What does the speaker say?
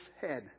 head